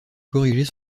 corriger